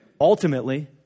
ultimately